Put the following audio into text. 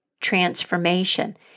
transformation